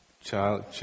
child